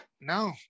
no